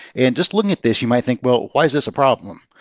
and just looking at this, you might think, well, why is this a problem?